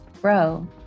bro